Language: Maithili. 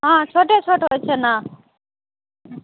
हँ छोटे छोटे होइ छै ने